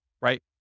right